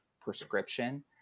prescription